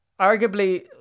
Arguably